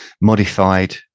modified